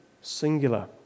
singular